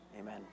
amen